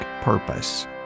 Purpose